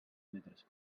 metres